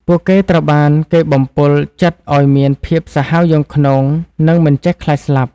ពួកគេត្រូវបានគេបំពុលចិត្តឱ្យមានភាពសាហាវយង់ឃ្នង និងមិនចេះខ្លាចស្លាប់។